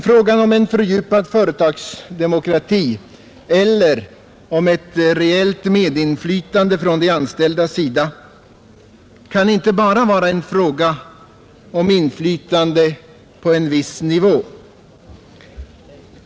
Frågan om en fördjupad företagsdemokrati eller om ett reellt medinflytande från de anställdas sida kan inte bara vara en fråga om inflytande på en viss nivå.